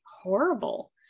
horrible